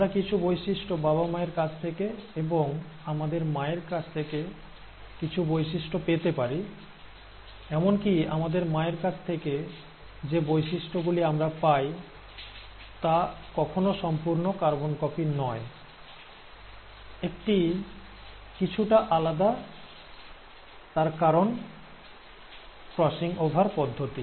আমরা কিছু বৈশিষ্ট্য বাবা মায়ের কাছ থেকে এবং আমাদের মায়ের কাছ থেকে কিছু বৈশিষ্ট্য পেতে পারি এমনকি আমাদের মায়ের কাছ থেকে যে বৈশিষ্ট্যগুলি আমরা পাই তা কখনো সম্পূর্ণ কার্বন কপি নয় একটি কিছুটা আলাদা তার কারণ ক্রসিং ওভার পদ্ধতি